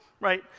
right